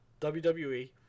WWE